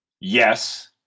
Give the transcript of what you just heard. Yes